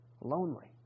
Lonely